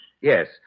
Yes